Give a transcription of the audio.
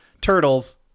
turtles